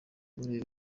gore